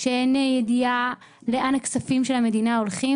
שאין ידיעה לאן הכספים של המדינה הולכים,